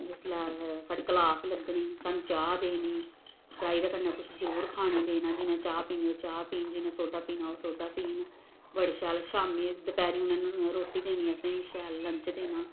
जिसलै साढ़ी क्लास लग्गनी सानूं चाह् देनी चाही दे कन्नै कुछ जरूर खाने गी देना जिन्नै चाह् पीनी ओह् चाह् पीन जिन्नै सोडा पीना ओह् सोडा पीन बड़े शैल शामी दपैह्रीं उ'नें रोटी देनी असेंगी शैल लंच देना